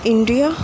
India